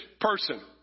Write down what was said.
person